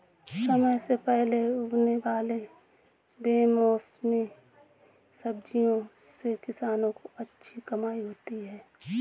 समय से पहले उगने वाले बेमौसमी सब्जियों से किसानों की अच्छी कमाई होती है